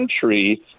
country